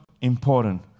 important